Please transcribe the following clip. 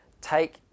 Take